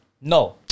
No